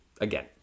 again